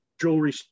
jewelry